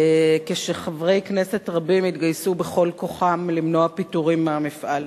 כשחברי כנסת רבים התגייסו בכל כוחם למנוע פיטורים מהמפעל.